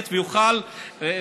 היושב-ראש?